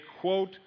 quote